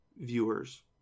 viewers